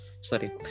sorry